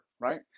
right